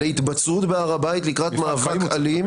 להתבצרות בהר הבית לקראת מאבק אלים